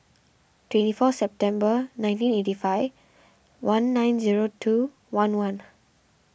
twenty four September nineteen eighty five one nine zero two one one